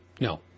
No